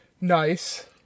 Nice